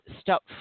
stop